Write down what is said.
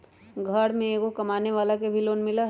घर में एगो कमानेवाला के भी लोन मिलहई?